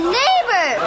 neighbor